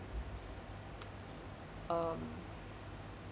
um